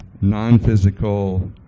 non-physical